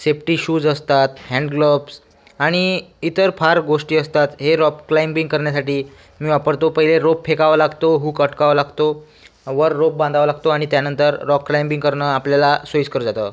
safety shoes असतात hand gloves आणि इतर फार गोष्टी असतात हे रॉप क्लाईम्बिंग करण्यासाठी मी वापरतो पहिले रोप फेकावा लागतो हूक अडकावा लागतो वर रोप बांधावा लागतो आणि त्यानंतर रॉक क्लाईम्बिंग करणं आपल्याला सोईस्कर जातं